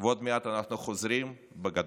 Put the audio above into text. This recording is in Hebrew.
ועוד מעט אנחנו חוזרים בגדול.